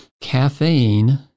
caffeine